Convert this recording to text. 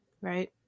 Right